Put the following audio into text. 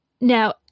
now